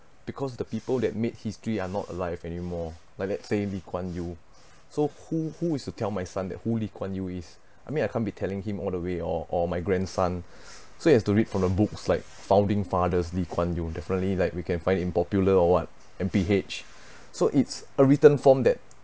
because the people that made history are not alive anymore like let's say lee kuan yew so who who is to tell my son that who lee kuan yew is I mean I can't be telling him all the way or or my grandson so he has to read from the books like founding fathers lee kuan yew definitely like we can find it in popular or what M_P_H so it's a written form that